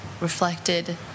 reflected